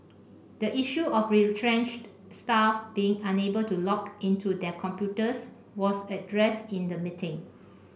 the issue of retrenched staff being unable to log into their computers was addressed in the meeting